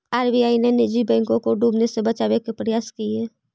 RBI ने निजी बैंकों को डूबने से बचावे के प्रयास किए